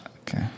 Okay